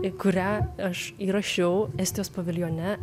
į kurią aš įrašiau estijos paviljone